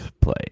play